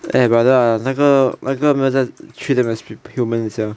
eh brother 那个那个没有在 treat 他们 as human sia